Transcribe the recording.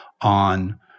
on